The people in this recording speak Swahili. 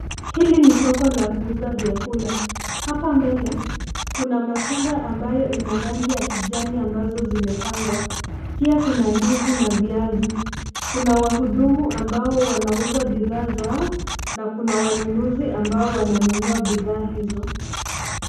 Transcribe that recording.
Hili ni soko la kuuza vyakula. Hapa mbele, kuna matunda ambayo ina rangi ya kijani ambazo zimepangwa. Pia kuna ndizi na viazi. Kuna wahudumu ambao wanauza bidhaa zao na kuna wanunuzi ambao wananunua bidhaa hizo.